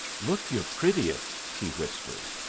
look your prettiest, he whispers.